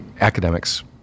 Academics